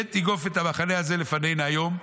כן תגוף את המחנה הזה לפנינו היום,